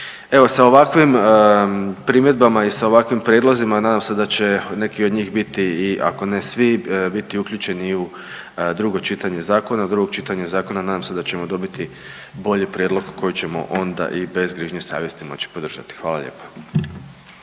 Evo sa ovakvim primjedbama i sa ovakvim prijedlozima nadam se da će neki od njih biti i ako ne svi biti uključeni i u drugo čitanje zakona. Do drugog čitanja zakona nadam se da ćemo dobiti bolji prijedlog koji ćemo onda i bez grižnje savjesti moći podržati. Hvala lijepa.